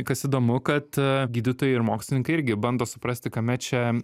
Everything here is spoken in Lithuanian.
kas įdomu kad gydytojai ir mokslininkai irgi bando suprasti kame čia